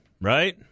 Right